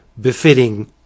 befitting